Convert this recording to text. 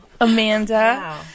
Amanda